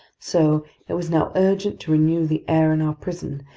so it was now urgent to renew the air in our prison,